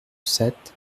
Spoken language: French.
sept